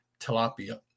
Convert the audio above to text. tilapia